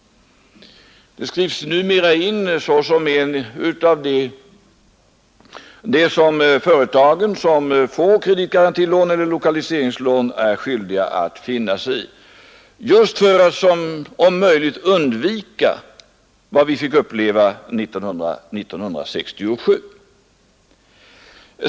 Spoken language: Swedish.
Detta skrivs numera in som en av de klausuler som det företag som får kreditgarantilån eller lokaliseringslån är skyldigt att finna sig i, just för att om möjligt undvika vad vi fick uppleva 1967.